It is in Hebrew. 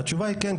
התשובה היא כן,